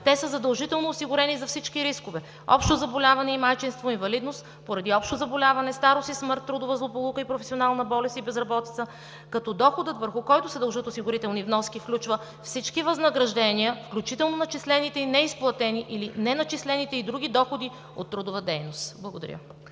Те са задължително осигурени за всички рискове – общо заболяване и майчинство, инвалидност поради общо заболяване, старост и смърт, трудова злополука и професионална болест, и безработица, като доходът, върху който се дължат осигурителни вноски, включва всички възнаграждения, включително начислените и неизплатени или неначислените и други доходи от трудова дейност. Благодаря.